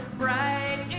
bright